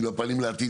עם הפנים לעתיד,